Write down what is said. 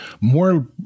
more